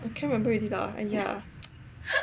I can't remember already lah !aiya!